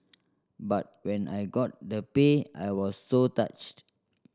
but when I got the pay I was so touched